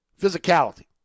Physicality